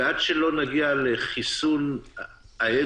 ועד שלא נגיע לחיסון העדר,